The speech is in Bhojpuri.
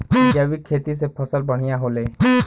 जैविक खेती से फसल बढ़िया होले